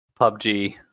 PUBG